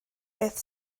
beth